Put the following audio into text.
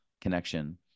connection